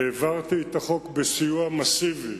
העברתי את החוק בסיוע מסיבי